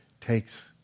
takes